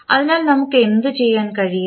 അതിനാൽ നമുക്ക് എന്തുചെയ്യാൻ കഴിയും